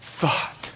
thought